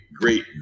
great